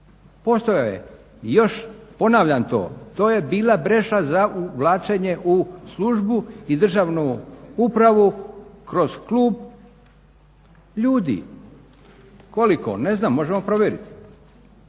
Postojao je i još, ponavljam to, to je bila preša za uvlačenje u službu i državnu upravu kroz klub, ljudi koliko? Ne znam, možemo provjeriti.